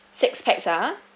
six pax ah